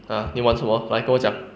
!huh! 你玩什么来跟我讲